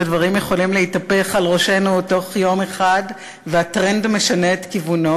ודברים יכולים להתהפך על ראשינו בתוך יום אחד והטרנד משנה את כיוונו,